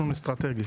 שכירות ארוכת טווח.